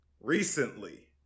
recently